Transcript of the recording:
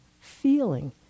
feeling